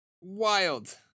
Wild